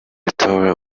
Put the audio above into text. tower